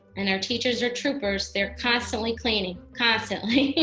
and our teachers are troopers they're constantly cleaning. constantly.